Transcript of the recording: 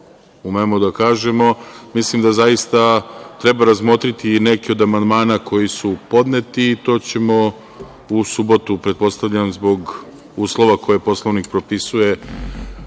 umemo da kažemo, mislim da zaista treba razmotriti i neke od amandmana koji su podneti i to ćemo u subotu, pretpostavljam, zbog uslova koje Poslovnik propisuje,